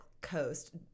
coast